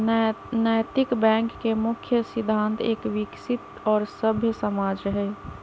नैतिक बैंक के मुख्य सिद्धान्त एक विकसित और सभ्य समाज हई